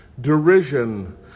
derision